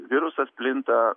virusas plinta